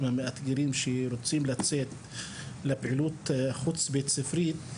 המאתגרים שרוצים לצאת לפעילות חוץ בית ספרית,